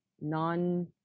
non